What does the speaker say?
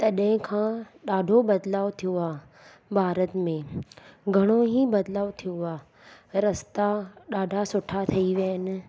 तॾहिं खां ॾाढो बदिलाउ थियो आहे भारत में घणो ई बदिलाउ थियो आहे रस्ता ॾाढा सुठा ठही विया आहिनि